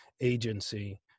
agency